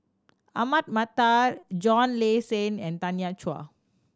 Ahmad Mattar John Le Cain and Tanya Chua